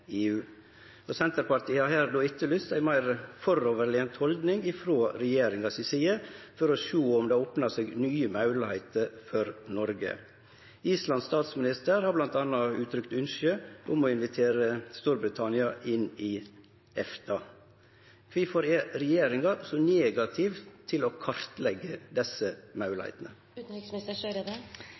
EU. Senterpartiet har her etterlyst ei meir framoverlent haldning frå regjeringa si side for å sjå om det opnar seg nye moglegheiter for Noreg. Islands statsminister har m.a. uttrykt ønskje om å invitere Storbritannia inn i EFTA. Kvifor er regjeringa så negativ til å kartleggje desse